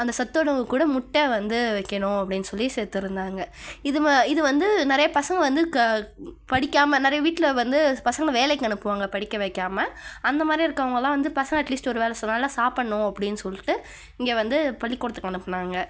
அந்தச் சத்துணவுக்கூட முட்டை வந்து வைக்கணும் அப்படின்னு சொல்லி சேர்த்துருந்தாங்க இது ம இது வந்து நிறைய பசங்க வந்து க படிக்காமல் நிறைய வீட்டில் வந்து பசங்களை வேலைக்கு அனுப்புவாங்க படிக்க வைக்காம அந்தமாதிரி இருக்கவங்கள்லாம் வந்து பசங்க அட் லீஸ்ட் ஒரு வேளை நல்லா சாப்பிட்ணும் அப்படின்னு சொல்லிட்டு இங்க வந்து பள்ளிக்கூடத்துக்கு அனுப்புனாங்க